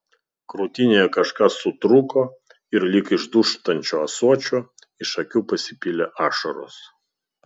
krūtinėje kažkas sutrūko ir lyg iš dūžtančio ąsočio iš akių pasipylė ašaros